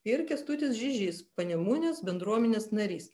ir kęstutis žižys panemunės bendruomenės narys